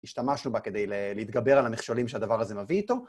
השתמשנו בה כדי להתגבר על המכשולים שהדבר הזה מביא איתו.